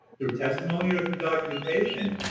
through testimony or through documentation,